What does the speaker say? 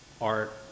art